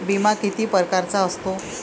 बिमा किती परकारचा असतो?